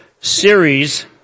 series